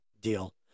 Deal